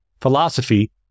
philosophy